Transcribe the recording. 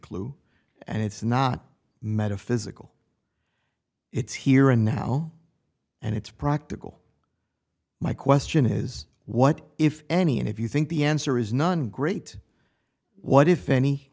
clue and it's not metaphysical it's here and now and it's practical my question is what if any and if you think the answer is none great what if any